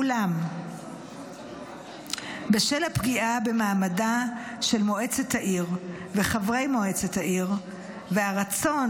אולם בשל הפגיעה במעמדה של מועצת העיר וחברי מועצת העיר והרצון